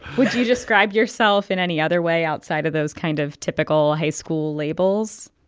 would you describe yourself in any other way outside of those kind of typical high school labels?